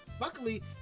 Luckily